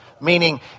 meaning